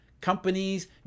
companies